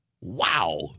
Wow